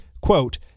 quote